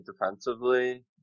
defensively